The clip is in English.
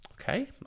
okay